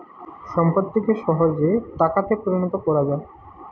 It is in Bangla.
সম্পত্তিকে সহজে টাকাতে পরিণত কোরা যায়